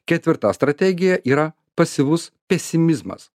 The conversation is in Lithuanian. ketvirta strategija yra pasyvus pesimizmas